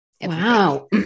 Wow